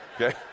Okay